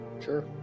Sure